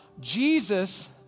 Jesus